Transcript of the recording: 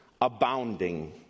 abounding